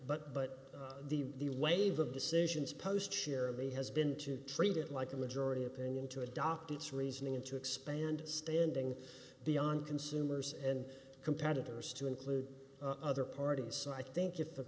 but but the wave of decisions post share of the has been to treat it like a majority opinion to adopt its reasoning and to expand standing beyond consumers and competitors to include other parties so i think if the